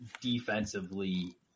Defensively